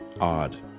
odd